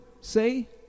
Say